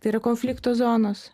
tai yra konflikto zonos